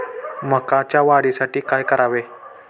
मकाच्या वाढीसाठी काय करावे?